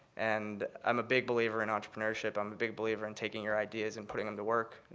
and i'm a big believer in entrepreneurship. i'm a big believer in taking your ideas and putting them to work.